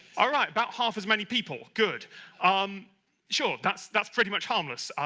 alright, about half as many people. good um sure, that's that's pretty much harmless.